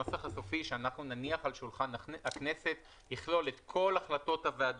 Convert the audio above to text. הנוסח הסופי שאנחנו נניח על שולחן הכנסת יכלול את כל החלטות הוועדה